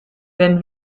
wenn